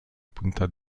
punta